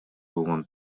болгон